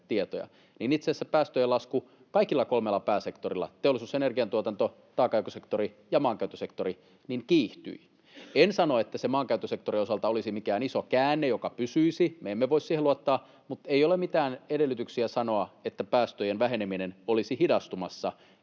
niin itse asiassa päästöjen lasku kaikilla kolmella pääsektorilla — teollisuudessa ja energiantuotannossa, taakanjakosektorilla ja maankäyttösektorilla — kiihtyi. En sano, että se maankäyttösektorin osalta olisi mikään iso käänne, joka pysyisi — me emme voi siihen luottaa. Ei ole mitään edellytyksiä sanoa, että päästöjen väheneminen olisi hidastumassa